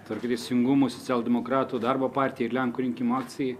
tvarka teisingumui socialdemokratų darbo partijai lenkų rinkimų akcijai